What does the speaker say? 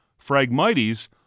Phragmites